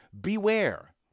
Beware